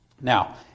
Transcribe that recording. Now